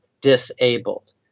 disabled